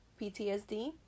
PTSD